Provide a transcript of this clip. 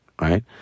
right